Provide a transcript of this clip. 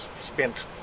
spent